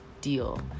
deal